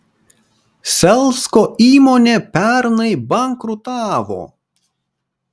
selsko įmonė pernai bankrutavo